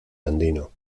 andino